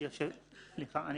--- הסעיף ברור.